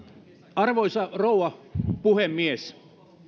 arvoisa rouva puhemies